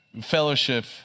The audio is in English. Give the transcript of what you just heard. fellowship